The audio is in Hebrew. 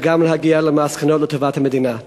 וגם להגיע למסקנות לטובת המדינה.